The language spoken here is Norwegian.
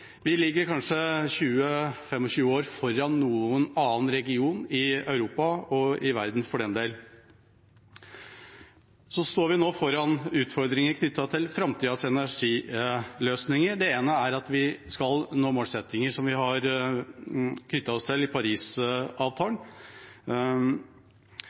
Vi ligger kanskje 20–25 år foran noen annen region i Europa og i verden, for den del. Vi står nå foran utfordringer knyttet til framtidas energiløsninger. Det ene er at vi skal nå målsettinger som vi har knyttet oss til i Parisavtalen.